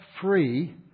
free